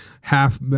half